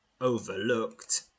overlooked